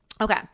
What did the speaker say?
Okay